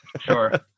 Sure